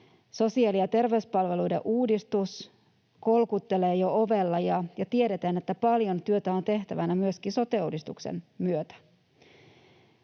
Sosiaali- ja terveyspalveluiden uudistus kolkuttelee jo ovella, ja tiedetään, että paljon työtä on tehtävänä myöskin sote-uudistuksen myötä.